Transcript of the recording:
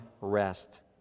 rest